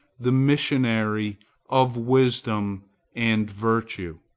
the missionary of wisdom and virtue,